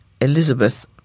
Elizabeth